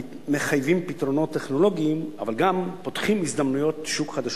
המחייבים פתרונות טכנולוגיים אבל גם פותחים הזדמנויות שוק חדשות.